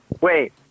Wait